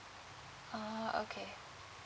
orh okay